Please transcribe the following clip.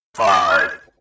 Five